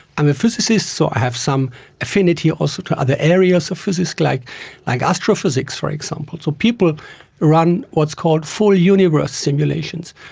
i'm a physicist so i have some affinity also to other areas of physics like like astrophysics, for example. so people run what's called full universe simulations.